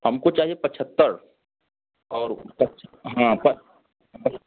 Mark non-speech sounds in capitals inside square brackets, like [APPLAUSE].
हमको चाहिए पचहत्तर और पच हाँ पच [UNINTELLIGIBLE]